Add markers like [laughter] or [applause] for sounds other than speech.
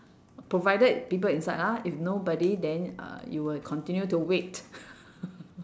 provided people inside lah if nobody then uh you will continue to wait [laughs]